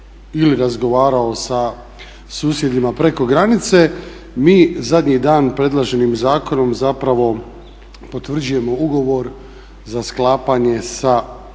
ili razgovarao sa susjedima preko granice. Mi zadnji dan predloženim zakonom zapravo potvrđujemo ugovor za sklapanje sa